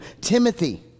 Timothy